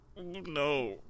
No